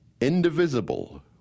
indivisible